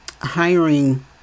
Hiring